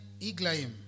Iglaim